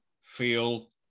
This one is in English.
feel